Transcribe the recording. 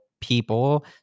people